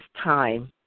time